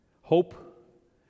Hope